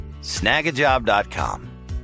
Snagajob.com